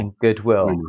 goodwill